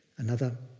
another